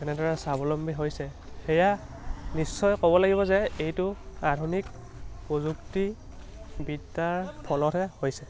এনেদৰে স্বাৱলম্বী হৈছে সেয়া নিশ্চয় ক'ব লাগিব যে এইটো আধুনিক প্ৰযুক্তি বিদ্যাৰ ফলতহে হৈছে